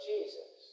Jesus